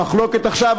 המחלוקת עכשיו,